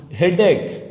headache